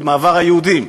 מעבר היהודים.